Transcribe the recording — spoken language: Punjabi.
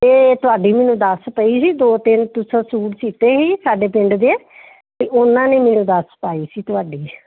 ਅਤੇ ਤੁਹਾਡੀ ਮੈਨੂੰ ਦੱਸ ਪਈ ਸੀ ਦੋ ਤਿੰਨ ਤੁਸਾਂ ਸੂਟ ਸੀਤੇ ਸੀ ਸਾਡੇ ਪਿੰਡ ਦੇ ਵੀ ਉਹਨਾਂ ਨੇ ਦੱਸ ਪਾਈ ਸੀ ਤੁਹਾਡੀ